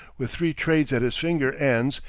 with three trades at his finger ends,